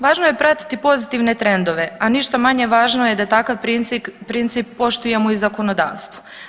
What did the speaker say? Važno je pratiti pozitivne trendove, a ništa manje važno je da takav princip poštujemo i u zakonodavstvu.